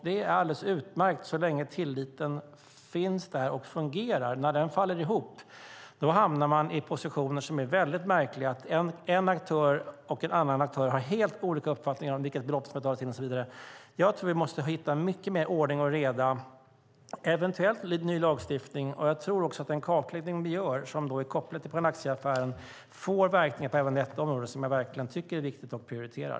Det är alldeles utmärkt så länge tilliten fungerar. När den faller ihop hamnar man i positioner som är väldigt märkliga, där olika aktörer har helt olika uppfattningar om vilket belopp som ska betalas in och så vidare. Jag tror att vi måste få mycket mer ordning och reda och eventuellt ny lagstiftning. Jag tror också att den kartläggning vi gör, som då är kopplad till Panaxiaaffären, får verkningar också på detta område, som jag tycker är viktigt och prioriterar.